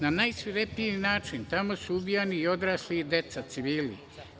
Na najsvirepiji način tamo su ubijani i odrasli i deca, civili.